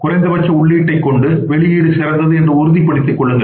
குறைந்தபட்ச உள்ளீட்டைக் கொண்டு வெளியீடு சிறந்தது என்று உறுதிப்படுத்திக் கொள்ளுங்கள்